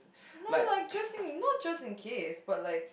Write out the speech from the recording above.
no like not just like gifts but like